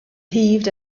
heaved